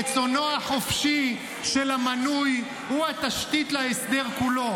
רצונו החופשי של המנוי הוא התשתית להסדר כולו.